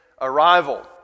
arrival